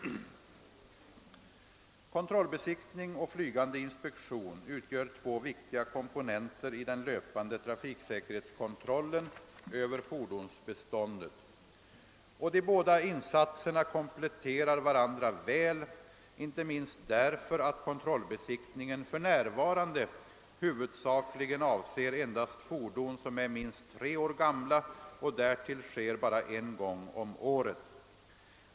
Kontrollbesiktning och flygande inspektion utgör två viktiga komponenter i den löpande trafiksäkerhetskontrollen över fordonsbeståndet, och de båda insatserna kompletterar varandra väl, inte minst därför att kontrollbesiktningen för närvarande huvudsakligen avser endast fordon som är minst tre år gamla och därtill sker bara en gång om året.